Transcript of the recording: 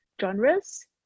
genres